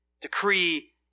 decree